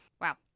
wow